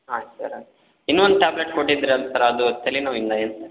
ಆಯ್ತು ಸರ ಇನ್ನೊಂದು ಟ್ಯಾಬ್ಲೆಟ್ ಕೊಟ್ಟಿದ್ರಲ್ಲ ಸರ್ ಅದು ತಲೆನೋವಿಂದಾ ಏನು ಸರ್